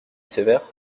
sévère